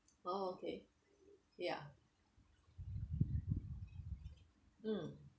oh okay yeah mm